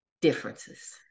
differences